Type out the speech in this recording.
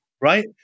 right